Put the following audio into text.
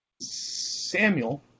Samuel